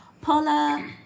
paula